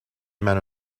منو